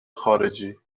خارجی